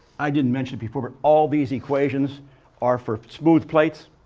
i didn't mention before, but all these equations are for smooth plates,